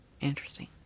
Interesting